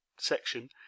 section